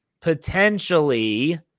Potentially